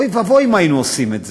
אוי ואבוי אם היינו עושים את זה.